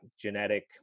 genetic